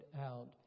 out